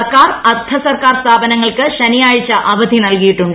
സർക്കാർ അർദ്ധ സർക്കാർ സ്ഥാപനങ്ങൾക്ക് ശനിയാഴ്ച അവധി നൽകിയിട്ടുണ്ട്